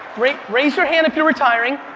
raise you're hand if you're retiring.